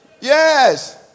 Yes